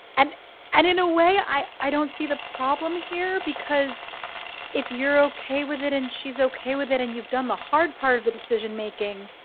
and and in a way, way, i don't see the problem here, because if you're okay with it and she's ok with it and you've done the hard part of the decision making,